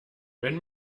wenn